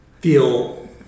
feel